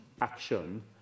action